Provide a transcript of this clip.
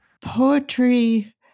Poetry